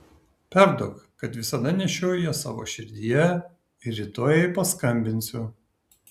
perduok kad visada nešioju ją savo širdyje ir rytoj jai paskambinsiu